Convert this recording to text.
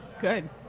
Good